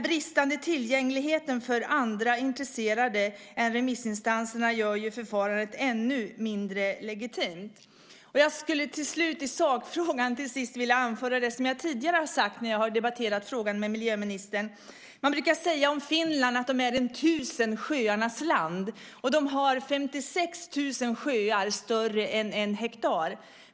Bristen på tillgänglighet för andra intresserade än remissinstanserna gör förfarandet ännu mindre legitimt. Jag vill till slut i sakfrågan anföra det som jag tidigare har sagt när jag har debatterat frågan med miljöministern. Man brukar säga om Finland att det är de tusen sjöarnas land. Det har 56 000 sjöar större än en hektar.